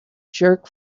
jerk